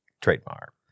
Trademark